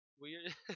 weird